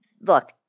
look